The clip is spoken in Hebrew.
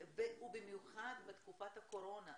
יום ובמיוחד בתקופת הקורונה.